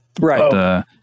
Right